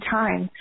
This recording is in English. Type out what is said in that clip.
time